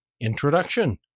Introduction